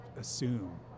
assume